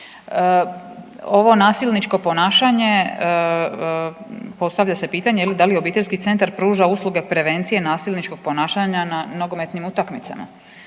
Ovo nasilničko ponašanje postavlja se pitanje da li obiteljski centar pruža usluge prevencije nasilničkog ponašanja na nogometnim utakmicama.